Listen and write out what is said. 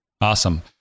Awesome